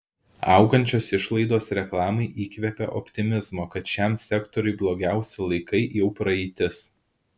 augančios išlaidos reklamai įkvepia optimizmo kad šiam sektoriui blogiausi laikai jau praeitis